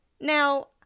now